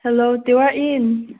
hello ꯇꯤꯋꯥ ꯏꯟ